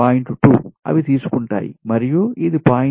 2 అవి తీసుకుంటాయి మరియు ఇది 0